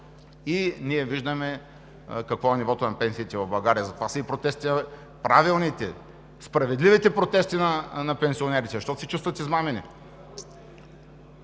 а ние виждаме какво е нивото на пенсиите в България. Затова са и протестите – правилните, справедливите протести на пенсионерите, защото се чувстват измамени.